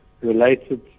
related